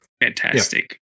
fantastic